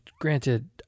granted